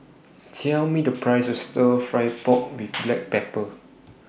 Tell Me The Price of Stir Fry Pork with Black Pepper